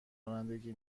رانندگی